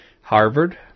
Harvard